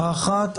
האחת,